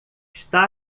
está